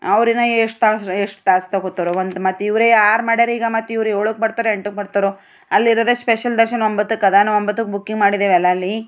ಅವ್ರಿನ್ನ ಎಷ್ಟು ತಾಸು ಎಷ್ಟು ತಾಸು ತೊಗೋತರೊ ಒಂದು ಮತ್ತಿವರೇ ಯಾರು ಮಾಡ್ಯಾರ ಈಗ ಮತ್ತೀವ್ರು ಏಳಕ್ಕೆ ಬರ್ತಾರೊ ಎಂಟಕ್ಕೆ ಬರ್ತಾರೊ ಅಲ್ಲಿರೋದೆ ಸ್ಪೆಷಲ್ ದರ್ಶನ ಒಂಬತಕ್ಕೆ ಅದ ನಾವು ಒಂಬತ್ತಕ್ಕೆ ಬುಕ್ಕಿಂಗ್ ಮಾಡಿದೇವಲ್ಲ ಅಲ್ಲಿ